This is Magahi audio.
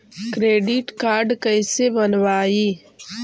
क्रेडिट कार्ड कैसे बनवाई?